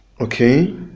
Okay